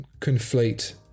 conflate